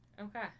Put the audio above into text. Okay